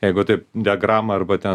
jeigu taip diagramą arba ten